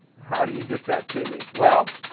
how do you get that to me? well,